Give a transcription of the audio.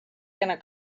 gonna